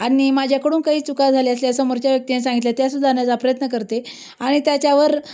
आणि माझ्याकडून काही चुका झाल्या असल्या समोरच्या व्यक्तीने सांगितलं त्या सुधारण्याचा प्रयत्न करते आणि त्याच्यावर